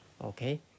okay